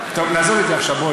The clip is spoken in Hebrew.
טוב, נעזוב את זה עכשיו.